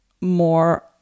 more